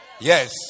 yes